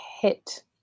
hit